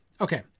Okay